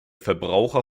verbraucher